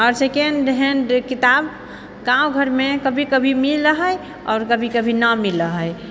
आओर second hand किताब गाँव घरमे कभी कभी मिलऽ हइ आओर कभी कभी ना मिलऽ हइ